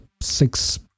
six